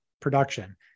production